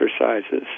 exercises